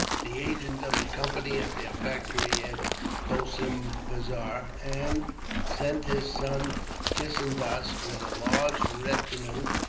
the agent of the company at their factory at cossimbazar and sent his son kissendas, with a large retinue,